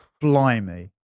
Blimey